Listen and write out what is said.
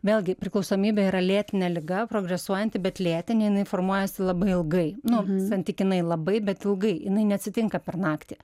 vėlgi priklausomybė yra lėtinė liga progresuojanti bet lėtinė jinai formuojasi labai ilgai nu santykinai labai bet ilgai jinai neatsitinka per naktį